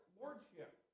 lordship